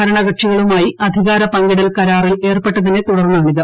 ഭരണകക്ഷികളുമായി അധികാര പങ്കിടൽ കരാറിൽ ഏർപ്പെട്ടതിനെ തുടർന്നാണിത്